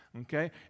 Okay